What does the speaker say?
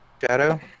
Shadow